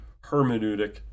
hermeneutic